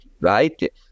right